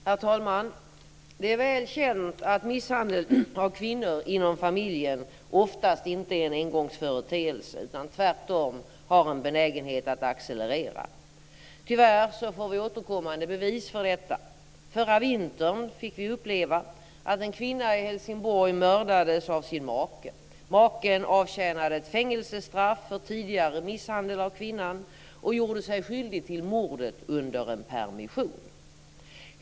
Herr talman! Det är väl känt att misshandel av kvinnor inom familjen oftast inte är en engångsföreteelse, utan tvärtom har en benägenhet att accelerera. Tyvärr får vi återkommande bevis för detta. Förra vintern fick vi uppleva att en kvinna i Helsingborg mördades av sin make. Maken avtjänade ett fängelsestraff för tidigare misshandel av kvinnan och gjorde sig skyldig till mordet under en permission.